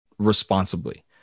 responsibly